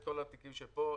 כל התיקים שפה.